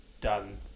done